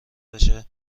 بشه